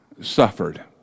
suffered